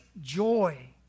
joy